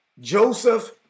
Joseph